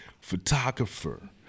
photographer